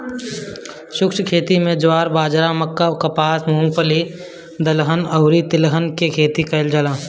शुष्क खेती में ज्वार, बाजरा, मक्का, कपास, मूंगफली, दलहन अउरी तिलहन के खेती कईल जाला